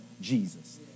Jesus